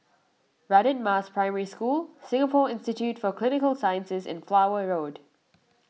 Radin Mas Primary School Singapore Institute for Clinical Sciences and Flower Road